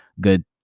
good